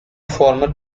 former